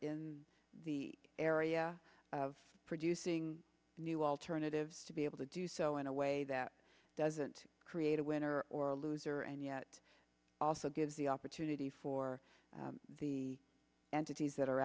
in the area of producing new alternatives to be able to do so in a way that doesn't create a winner or loser and yet also gives the opportunity for the entities that are